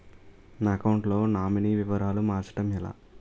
నా అకౌంట్ లో నామినీ వివరాలు మార్చటం ఎలా?